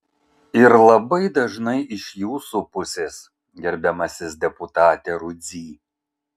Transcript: ir labai dažnai iš jūsų pusės gerbiamasis deputate rudzy